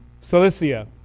Cilicia